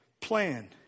plan